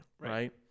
Right